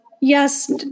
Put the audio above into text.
yes